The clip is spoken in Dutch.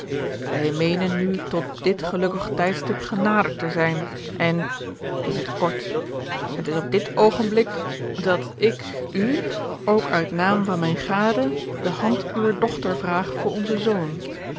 wij meenen nu tot dit gelukkig tijdstip genaderd te zijn en in het kort het is op dit oogenblik dat ik u ook uit naam van mijne gade de hand uwer dochter vraag voor onzen zoon